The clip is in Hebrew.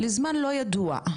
לזמן לא ידוע?